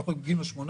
ה-18,